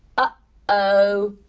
ah oh.